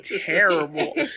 terrible